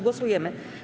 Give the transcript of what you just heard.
Głosujemy.